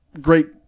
Great